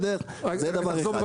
זה דבר אחד.